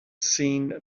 seen